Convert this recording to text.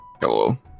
Hello